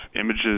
images